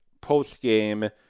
post-game